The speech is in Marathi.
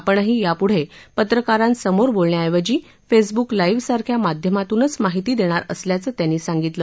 आपणही याप्ढे पत्रकारांसमोर बोलण्याऐवजी फेसब्क लाईव्ह सारख्या माध्यमातूनच माहिती देणार असल्याचं त्यांनी सांगितलं